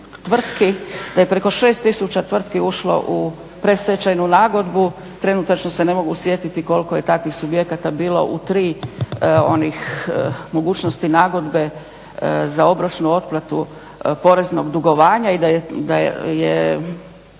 da je preko 6 tisuća tvrtki ušlo u predstečajnu nagodbu, trenutačno se ne mogu sjetiti koliko je takvih subjekata bilo u tri onih mogućnosti nagodbe za obročnu otplatu poreznog dugovanja i da je